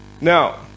Now